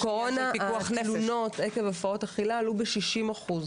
בקורונה התלונות עקב הפרעות אכילה עלו ב-60 אחוז,